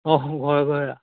অঁ ঘৰে ঘৰে ৰাস